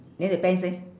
then the pants leh